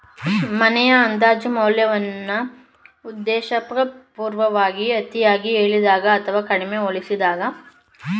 ಮನೆಯ ಅಂದಾಜು ಮೌಲ್ಯವನ್ನ ಉದ್ದೇಶಪೂರ್ವಕವಾಗಿ ಅತಿಯಾಗಿ ಹೇಳಿದಾಗ ಅಥವಾ ಕಡಿಮೆ ಹೋಲಿಸಿದಾಗ ಸಂಭವಿಸುತ್ತದೆ